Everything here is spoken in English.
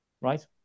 right